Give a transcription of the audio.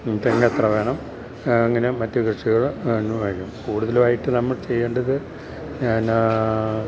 തെങ്ങെത്ര വേണം അങ്ങനെ മറ്റു കൃഷികള് കൂടുതലുമായിട്ട് നമ്മൾ ചെയ്യേണ്ടത് ഞാന്